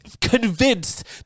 convinced